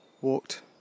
walked